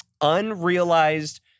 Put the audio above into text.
unrealized